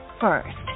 first